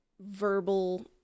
verbal